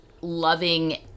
loving